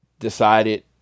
decided